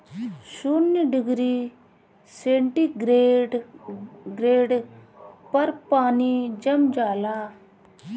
शून्य degree centigrade पर पानी जम जाला